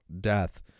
death